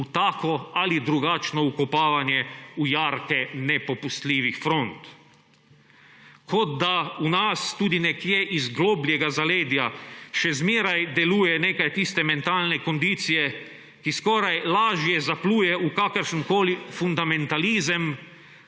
v tako ali drugačno vkopavanje v jarke nepopustljivih front. Kot da v nas tudi nekje iz globljega zaledja še zmeraj deluje nekaj tiste mentalne kondicije, ki skoraj lažje zapluje v kakršenkoli fundamentalizem